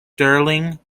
stirling